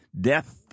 death